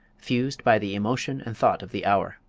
fused by the emotion and thought of the hour.